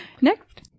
Next